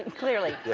and clearly. yeah